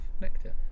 nectar